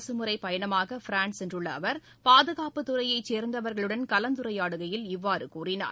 அரசுமுறைப் பயணமாக பிரான்ஸ் சென்றுள்ள அவர் பாதுகாப்புத் துறையைச் சார்ந்தவர்களுடன் கலந்துரையாடுகையில் இவ்வாறு கூறினார்